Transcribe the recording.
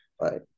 Right